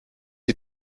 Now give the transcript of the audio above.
die